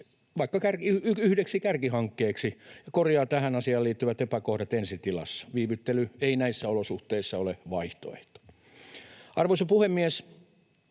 vaikka yhdeksi kärkihankkeeksi korjata tähän asiaan liittyvät epäkohdat ensi tilassa — viivyttely ei näissä olosuhteissa ole vaihtoehto. Arvoisa puhemies!